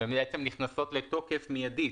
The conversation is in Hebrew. שהן נכנסות לתוקף מידית,